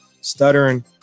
stuttering